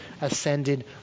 ascended